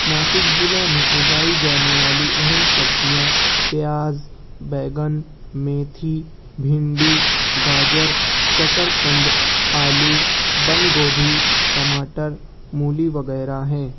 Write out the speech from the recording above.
ناسک ضلع میں اگائی جانے والی اہم سبزیاں پیاز بیگن میتھی بھنڈی گاجر شکرقند آلو بند گوبھی ٹماٹر مولی وغیرہ ہیں